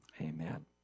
Amen